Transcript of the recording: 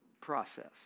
process